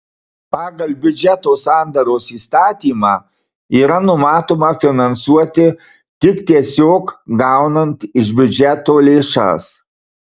pagal biudžeto sandaros įstatymą yra numatoma finansuoti tik tiesiog gaunant iš biudžeto lėšas